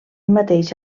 mateix